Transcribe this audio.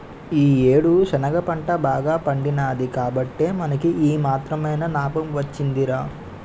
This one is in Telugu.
ఈ యేడు శనగ పంట బాగా పండినాది కాబట్టే మనకి ఈ మాత్రమైన నాబం వొచ్చిందిరా